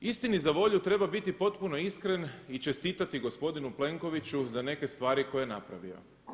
Istini za volju treba biti potpuno iskren i čestitati gospodinu Plenkoviću za neke stvari koje je napravio.